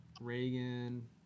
Reagan